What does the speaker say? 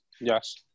Yes